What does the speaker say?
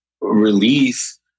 release